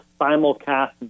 simulcast